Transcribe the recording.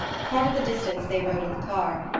part of the distance they rode in the car,